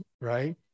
right